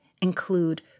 include